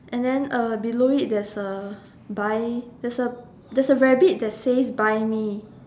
and then uh below it there's a buy there's a there's a rabbit that says buy me